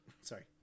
Sorry